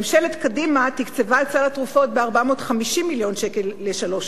ממשלת קדימה תקצבה את סל התרופות ב-450 מיליון שקלים לשלוש שנים.